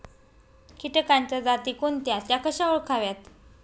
किटकांच्या जाती कोणत्या? त्या कशा ओळखाव्यात?